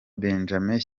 benjamin